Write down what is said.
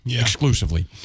exclusively